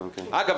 אגב,